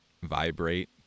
vibrate